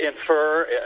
infer